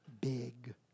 big